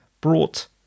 brought